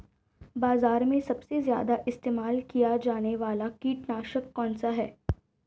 बाज़ार में सबसे ज़्यादा इस्तेमाल किया जाने वाला कीटनाशक कौनसा है?